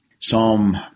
Psalm